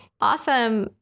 Awesome